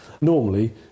Normally